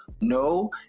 No